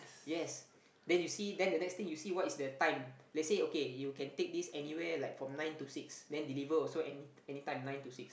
yes then you see then the next thing you see what is the time let's say okay you can take this anywhere like from nine to six then deliver also any anytime nine to six